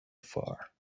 far